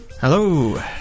Hello